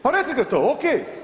Pa recite to, ok.